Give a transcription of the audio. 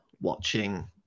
watching